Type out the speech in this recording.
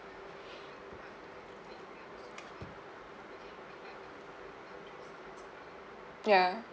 ya